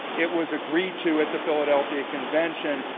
it was agreed to at the philadelphia convention,